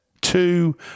two